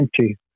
empty